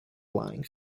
line